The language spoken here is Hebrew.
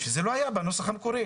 שזה לא היה בנוסח המקורי.